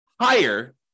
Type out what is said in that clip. higher